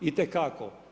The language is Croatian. Itekako.